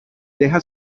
deja